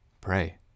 Pray